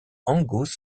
angus